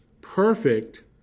Perfect